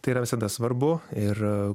tai yra visada svarbu ir a